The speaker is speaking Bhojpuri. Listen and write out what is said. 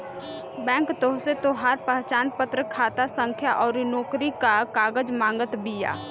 बैंक तोहसे तोहार पहचानपत्र, खाता संख्या अउरी नोकरी कअ कागज मांगत बिया